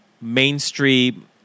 mainstream